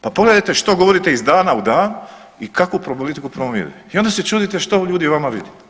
Pa pogledajte što govorite iz dana u dan i kakvu politiku promovirate i onda se čudite što ljudi u vama vide.